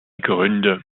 gründe